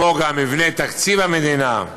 מבנה תקציב המדינה,